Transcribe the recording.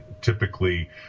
typically